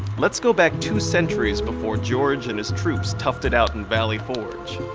let's go back two centuries before george and his troops toughed it out in valley forge.